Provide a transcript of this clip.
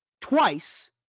twice